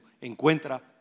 encuentra